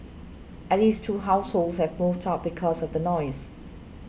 at least two households have moved out because of the noise